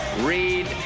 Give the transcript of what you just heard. Read